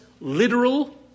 literal